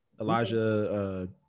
Elijah